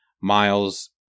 Miles